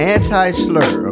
Anti-slur